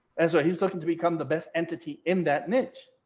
and so he's looking to become the best entity in that niche.